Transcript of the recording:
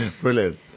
Brilliant